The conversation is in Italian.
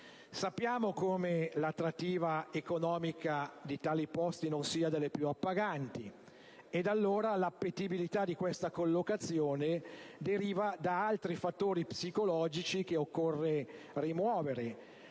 Sappiamo come l'attrattiva economica di tali posti non sia delle più appaganti, ed allora l'appetibilità di questa collocazione deriva da altri fattori psicologici che occorre rimuovere,